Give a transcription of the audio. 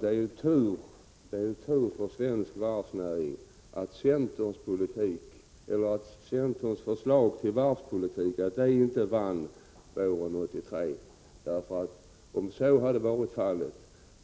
Det är tur för svensk varvsnäring att centerns förslag till varvspolitik inte vann riksdagens bifall våren 1983. Om så hade varit fallet,